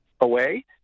away